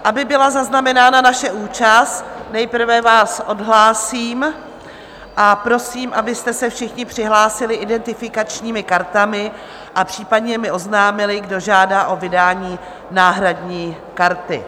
Aby byla zaznamenána naše účast, nejprve vás odhlásím a prosím, abyste se všichni přihlásili identifikačními kartami a případně mi oznámili, kdo žádá o vydání náhradní karty.